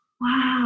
Wow